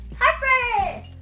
Harper